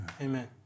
Amen